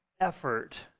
effort